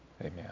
Amen